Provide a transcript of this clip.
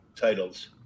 titles